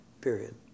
Period